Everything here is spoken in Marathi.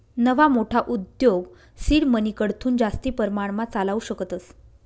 नवा मोठा उद्योग सीड मनीकडथून जास्ती परमाणमा चालावू शकतस